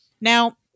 now